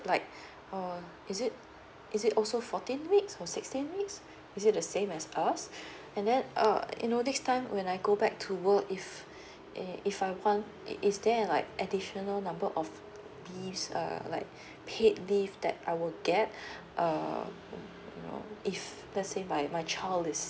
like uh is it is it also fourteen weeks or sixteen weeks is it the same as us and then uh you know this time when I go back to work if if I want is there eh like additional number of leave um like paid leave that I'll get if let say my child is